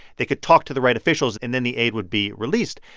they could talk to the right officials and then the aid would be released.